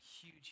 huge